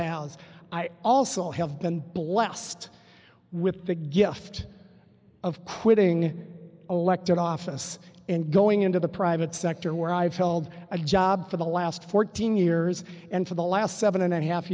has i also have been blessed with the gift of quitting elective office and going into the private sector where i've held a job for the last fourteen years and for the last seven and a half